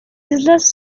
islas